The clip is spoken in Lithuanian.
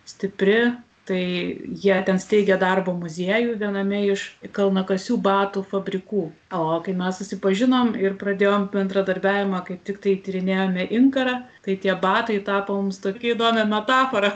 stipri tai jie ten steigia darbo muziejų viename iš kalnakasių batų fabrikų o kai mes susipažinom ir pradėjom bendradarbiavimą kaip tiktai tyrinėjome inkarą tai tie batai tapo mums tokia įdomia metafora